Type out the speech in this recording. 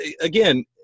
again